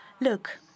Look